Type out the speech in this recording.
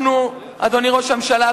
אדוני ראש הממשלה,